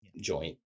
joint